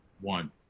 One